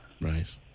Right